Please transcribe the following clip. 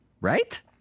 Right